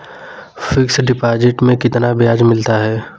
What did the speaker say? Fix deposit में कितना ब्याज मिलता है?